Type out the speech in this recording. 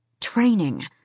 Training